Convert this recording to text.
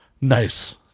Nice